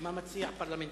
מה אתה מציע, פרלמנטרית?